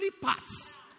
parts